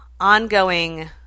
ongoing